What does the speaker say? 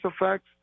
effects